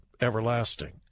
everlasting